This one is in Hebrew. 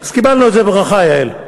אז קיבלנו את זה בברכה, יעל.